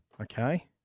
Okay